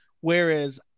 whereas